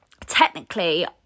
technically